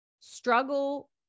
struggle